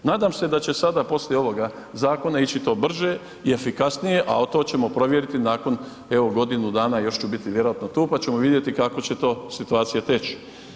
Nadam se da će sada poslije ovog zakona ići to brže i efikasnije a to ćemo provjeriti nakon evo godinu dana još ću biti vjerojatno tu pa ćemo vidjeti kako će to situacija teći.